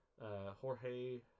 Jorge